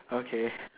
okay